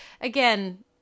again